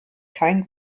kein